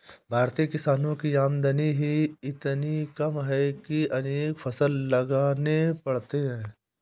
भारतीय किसानों की आमदनी ही इतनी कम है कि अनेक फसल लगाने पड़ते हैं